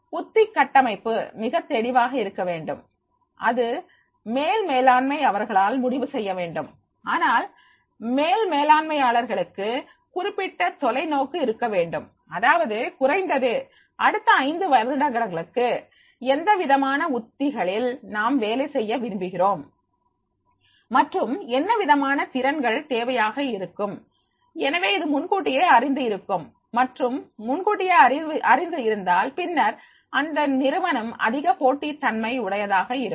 உத்தி கட்டமைப்பு மிகத் தெளிவாக இருக்க வேண்டும் அது மேல் மேலாண்மை அவர்களால் முடிவு செய்யப்பட வேண்டும் ஆனால் மேல் மேலாண்மையாளர்களுக்கு குறிப்பிட்ட தொலைநோக்கு இருக்கவேண்டும் அதாவது குறைந்தது அடுத்த ஐந்து வருடத்திற்கு எந்தவிதமான உத்திகளில் நாம் வேலை செய்ய விரும்புகிறோம் மற்றும் என்னவிதமான திறன்கள் தேவையாக இருக்கும் எனவே இது முன்கூட்டியே அறிந்து இருக்கும் மற்றும் முன்கூட்டியே அறிந்து இருந்தால் பின்னர் அந்த நிறுவனம் அதிக போட்டித் தன்மை உடையதாக இருக்கும்